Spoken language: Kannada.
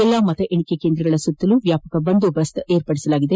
ಎಲ್ಲಾ ಮತ ಎಣಿಕೆ ಕೇಂದ್ರಗಳ ಸುತ್ತಲು ವ್ಯಾಪಕ ಬಂದೂಬಸ್ತ್ ಏರ್ಪಡಿಸಲಾಗಿದೆ